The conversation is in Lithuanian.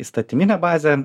įstatyminė bazė